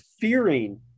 fearing